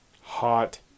Hot